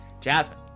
Jasmine